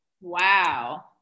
Wow